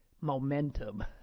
momentum